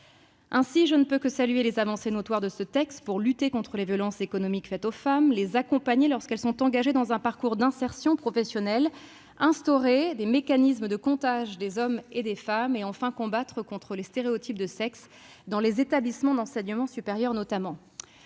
Ainsi, je ne peux que saluer les avancées notables de ce texte pour lutter contre les violences économiques faites aux femmes, les accompagner lorsqu'elles sont engagées dans un parcours d'insertion professionnelle, instaurer des mécanismes de comptage des hommes et des femmes et, enfin, combattre les stéréotypes de sexe, notamment dans les établissements d'enseignement supérieur.